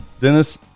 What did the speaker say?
Dennis